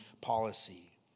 policy